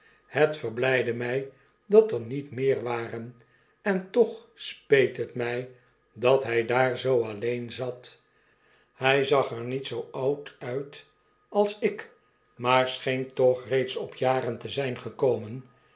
het verblijdde mij dat er niet meer waren en toch speet het my dat hij daar zoo alleen zat hg zag er niet zoo oiid uit als ik maar scheen toch reeds op jaren te zijn gekomen